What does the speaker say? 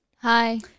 Hi